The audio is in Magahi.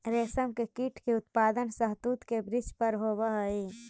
रेशम के कीट के उत्पादन शहतूत के वृक्ष पर होवऽ हई